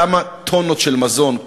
כמה טונות של מזון,